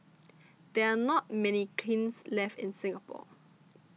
there are not many kilns left in Singapore